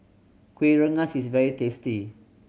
Kuih Rengas is very tasty